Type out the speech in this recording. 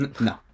No